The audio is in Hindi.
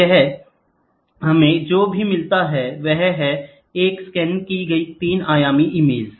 तो यहां हमें जो मिलता है वह है एक स्कैन की गई तीन आयामी इमेज